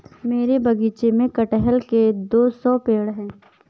मेरे बगीचे में कठहल के दो सौ पेड़ है